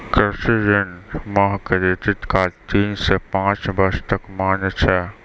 कृषि ऋण मह क्रेडित कार्ड तीन सह पाँच बर्ष तक मान्य छै